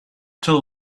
till